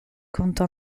conto